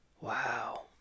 Wow